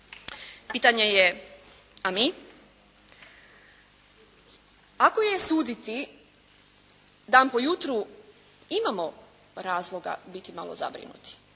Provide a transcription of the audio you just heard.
Pitanje je, a mi? Ako je suditi dan po jutru, imamo razloga biti malo zabrinuti